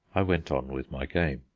i went on with my game.